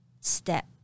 step